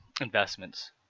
investments